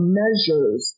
measures